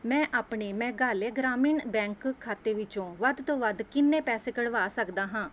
ਮੈਂ ਆਪਣੇ ਮੇਘਾਲਿਆ ਗ੍ਰਾਮੀਣ ਬੈਂਕ ਖਾਤੇ ਵਿੱਚੋਂ ਵੱਧ ਤੋਂ ਵੱਧ ਕਿੰਨੇ ਪੈਸੇ ਕਢਵਾ ਸਕਦਾ ਹਾਂ